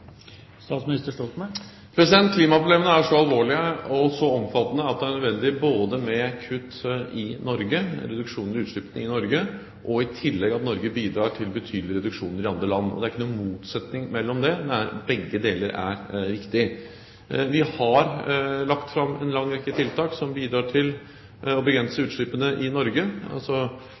Klimaproblemene er så alvorlige og så omfattende at det er nødvendig både med kutt i Norge, reduksjoner i utslippene i Norge, og i tillegg at Norge bidrar til betydelige reduksjoner i andre land. Det er ingen motsetning mellom disse, begge deler er viktig. Vi har lagt fram en lang rekke tiltak som bidrar til å begrense utslippene i Norge: